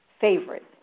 favorite